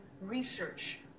research